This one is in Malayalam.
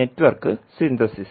network synthesis